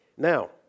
Now